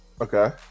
Okay